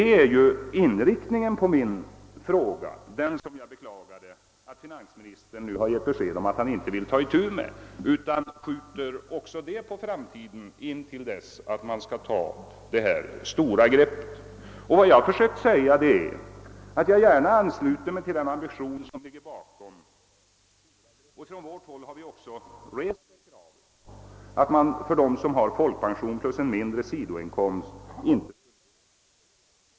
Det är ju inriktningen på min fråga — den som jag beklagade att finansministern nu har gett besked om att han inte vill ta itu med utan skjuter också det problemet på framtiden intill dess man skall ta det stora greppet med den genomgripande reformen. Från vårt håll har vi också rest det kravet att folk pensionärer inte skall behöva skatta för en mindre sidoinkomst.